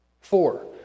Four